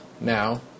now